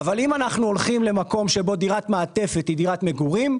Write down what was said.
אם אנחנו הולכים למקום שבו דירת מעטפת היא דירת מגורים,